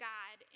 God